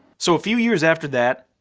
so a few years after that,